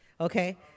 Okay